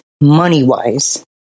money-wise